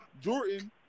Jordan